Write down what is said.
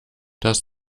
das